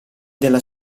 della